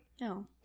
No